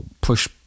push